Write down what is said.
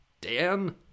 Dan